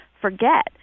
forget